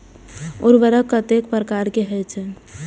उर्वरक कतेक प्रकार के होई छै?